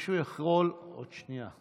עוד שנייה.